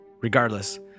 Regardless